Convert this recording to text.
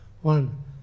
One